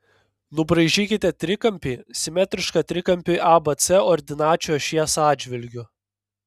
nubraižykite trikampį simetrišką trikampiui abc ordinačių ašies atžvilgiu